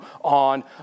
on